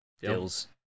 Deals